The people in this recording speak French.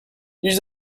ils